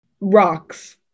Rocks